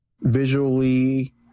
visually